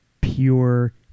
Pure